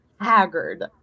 haggard